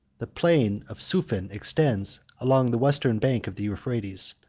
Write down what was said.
the plain of siffin extends along the western bank of the euphrates.